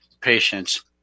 patients